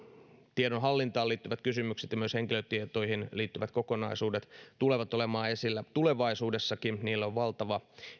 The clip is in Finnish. tiedonhallintaan liittyvät kysymykset ja myös henkilötietoihin liittyvät kokonaisuudet tulevat olemaan esillä tulevaisuudessakin niillä on valtava